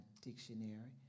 dictionary